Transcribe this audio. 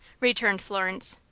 returned florence.